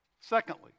secondly